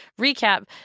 recap